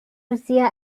russia